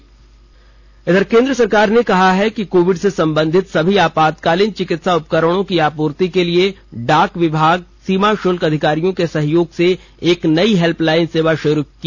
डाक विभाग केंद्र सरकार ने कहा है कि कोविड से संबंधित सभी आपातकालीन चिकित्सा उपकरणों की आपूर्ति के लिए डाक विभाग ने सीमा शुल्क अधिकारियों के सहयोग से एक नई हेल्पलाइन सेवा शुरू की